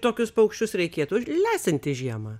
tokius paukščius reikėtų lesinti žiemą